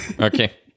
Okay